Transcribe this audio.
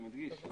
אני מדגיש.